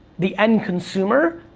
the end consumer?